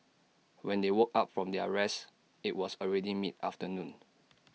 when they woke up from their rest IT was already mid afternoon